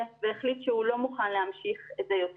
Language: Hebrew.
והחליט שהוא לא מוכן להמשיך את זה יותר.